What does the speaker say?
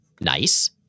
Nice